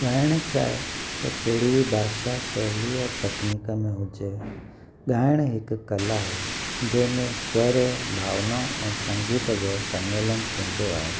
ॻाइणु चाहे उहो कहिड़ी बि भाषा शैलीअ तकनीक में हुजे ॻाइणु हिकु कला आहे जंहिंमें स्वरु भावनाऊं ऐं संगीत जो सम्मेलन थींदो आहे